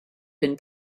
been